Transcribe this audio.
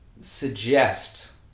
suggest